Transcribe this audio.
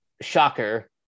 Shocker